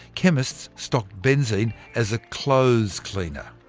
chemists stocked benzene as a clothes cleaner.